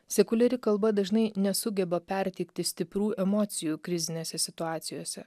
sekuliari kalba dažnai nesugeba perteikti stiprių emocijų krizinėse situacijose